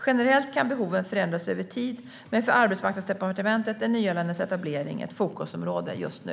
Generellt kan behoven förändras över tid, men för Arbetsmarknadsdepartementet är nyanländas etablering ett fokusområde just nu.